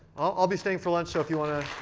i'll be staying for lunch, so if you want to